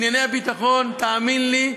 ענייני הביטחון, תאמין לי,